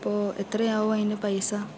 അപ്പോൾ എത്രയാവും അതിനു പൈസ